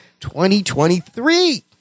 2023